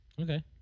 Okay